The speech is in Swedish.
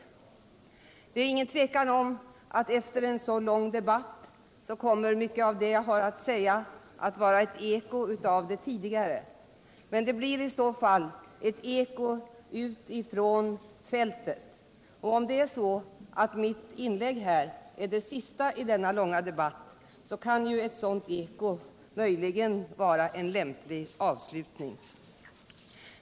Men det är ingen tvekan om att efter en så lång debatt som denna kommer mycket av det jag har att säga att bli ett eko av vad som tidigare sagts, men det blir i så fall ett eko ifrån fältet — och om mitt inlägg här blir det sista i denna debatt, så kan ett sådant eko möjligen vara en lämplig avslutning.